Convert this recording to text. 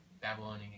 Babylonian